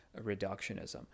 reductionism